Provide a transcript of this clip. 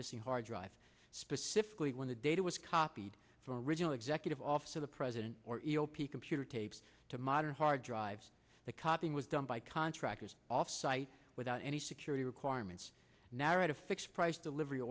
missing hard drive specifically when the data was copied from original executive office of the president or e o p computer tapes to modern hard drives the copying was done by contractors offsite without any security requirements narrative fixed price delivery